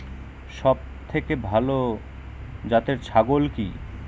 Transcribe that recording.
সবথেকে ভালো জাতের ছাগল কি?